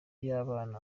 y’abana